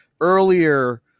earlier